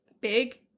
big